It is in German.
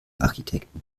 architekten